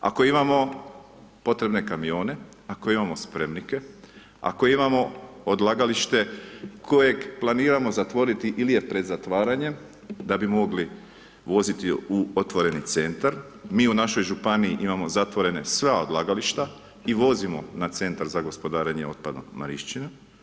Ako imamo potrebne kamione, ako imamo spremnike, ako imamo odlagalište kojeg planiramo zatvoriti ili je pred zatvaranjem, da bi mogli voziti u otvoreni centar, mi u našoj županiji imamo zatvorena sva odlagališta i vozimo na CGO Marišćina.